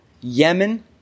Yemen